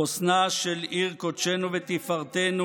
חוסנה של עיר קודשנו ותפארתנו,